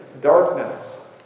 darkness